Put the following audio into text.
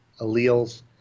alleles